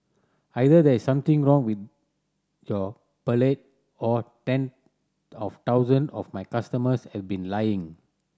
either there is something wrong with your palate or ten of thousand of my customers have been lying